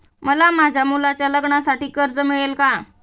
मला माझ्या मुलाच्या लग्नासाठी कर्ज मिळेल का?